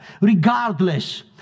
Regardless